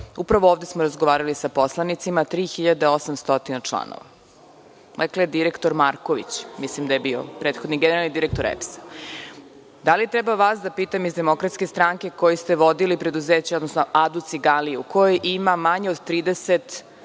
upravo ovde smo razgovarali sa poslanicima 3800 članova, dakle, direktor Marković mislim da je bio prethodni generalni direktor EPS-a. Da li treba vas da pitam iz DS-a koji ste vodili preduzeća, odnosno Adu Ciganliju, gde ima manje od 30